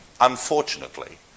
unfortunately